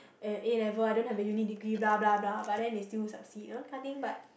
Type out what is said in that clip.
and A-level I don't have a Uni degree blah blah blah but then they still succeed you know that kind of thing but